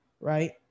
right